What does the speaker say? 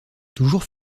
toujours